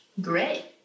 Great